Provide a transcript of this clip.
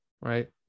right